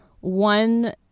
one